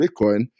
Bitcoin